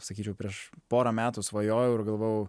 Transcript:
sakyčiau prieš porą metų svajojau ir galvojau